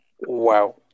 Wow